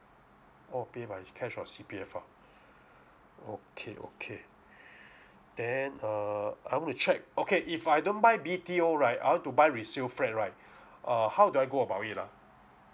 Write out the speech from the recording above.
oh pay by cash or C_P_F ah okay okay then err I want to check okay if I don't buy B_T_O right I want to buy resale flat right uh how do I go about it lah